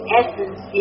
essence